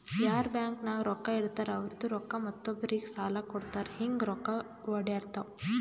ಯಾರ್ ಬ್ಯಾಂಕ್ ನಾಗ್ ರೊಕ್ಕಾ ಇಡ್ತಾರ ಅವ್ರದು ರೊಕ್ಕಾ ಮತ್ತೊಬ್ಬರಿಗ್ ಸಾಲ ಕೊಡ್ತಾರ್ ಹಿಂಗ್ ರೊಕ್ಕಾ ಒಡ್ಯಾಡ್ತಾವ